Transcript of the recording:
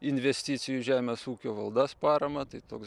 investicijų į žemės ūkio valdas paramą tai toks